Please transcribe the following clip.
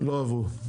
עברו.